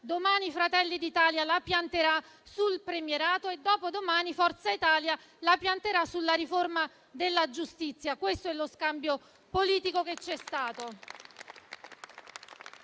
domani Fratelli d'Italia la pianterà sul premierato; dopodomani Forza Italia la pianterà sulla riforma della giustizia, questo è lo scambio politico che c'è stato.